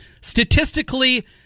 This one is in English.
Statistically